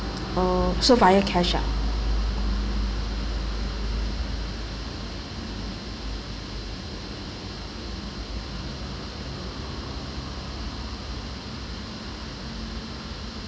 oh so via cash ah